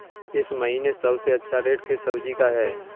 इस महीने सबसे अच्छा रेट किस सब्जी का है?